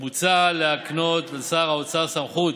מוצע להקנות לשר האוצר סמכות